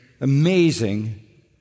amazing